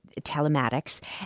telematics